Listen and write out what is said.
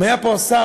אם היה פה השר,